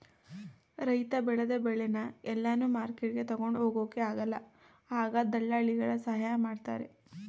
ರೈತ ಬೆಳೆದ ಬೆಳೆನ ಎಲ್ಲಾನು ಮಾರ್ಕೆಟ್ಗೆ ತಗೊಂಡ್ ಹೋಗೊಕ ಆಗಲ್ಲ ಆಗ ದಳ್ಳಾಲಿಗಳ ಸಹಾಯ ಮಾಡ್ತಾರೆ